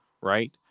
right